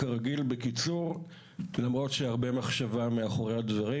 כרגיל בקיצור, למרות שהרבה מחשבה מאחורי הדברים.